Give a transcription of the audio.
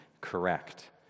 correct